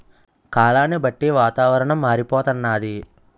కాలాన్ని బట్టి వాతావరణం మారిపోతన్నాది